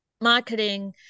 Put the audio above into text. marketing